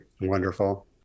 Wonderful